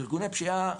ארגוני פשיעה,